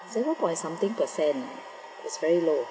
seven point something percent is very low